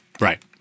Right